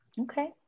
Okay